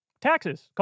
Taxes